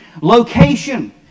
Location